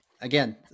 Again